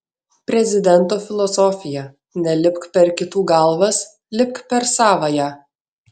prezidento filosofija nelipk per kitų galvas lipk per savąją